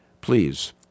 Please